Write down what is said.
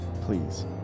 Please